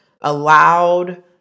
allowed